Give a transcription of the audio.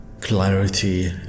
clarity